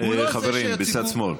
חברים בצד שמאל,